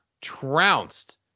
trounced